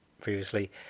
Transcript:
previously